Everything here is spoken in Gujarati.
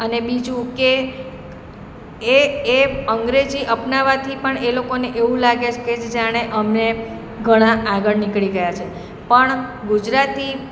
અને બીજું કે એ એ અંગ્રેજી અપનાવવાથી પણ એ લોકોને એવું લાગે છે કે જાણે અમે ઘણા આગળ નીકળી ગયા છીએ પણ ગુજરાતી